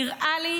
נראה לי